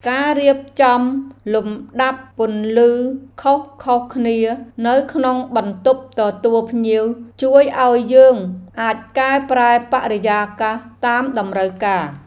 ការរៀបចំលំដាប់ពន្លឺខុសៗគ្នានៅក្នុងបន្ទប់ទទួលភ្ញៀវជួយឱ្យយើងអាចកែប្រែបរិយាកាសតាមតម្រូវការ។